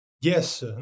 yes